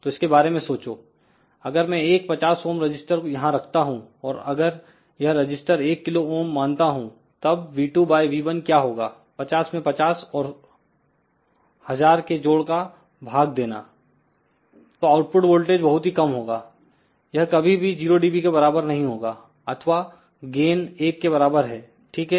तो इसके बारे में सोचो अगर मैं एक 50 ओम रजिस्टर यहां रखता हूं और अगर यह रजिस्टर 1 किलो ओम मानता हूं तब V2 बाय V1 क्या होगा 50 में 50 और 1000 के जोड़ का भाग देना तो आउटपुट वोल्टेज बहुत ही कम होगा यह कभी भी 0dB के बराबर नहीं होगा अथवा गेन एक के बराबर है ठीक है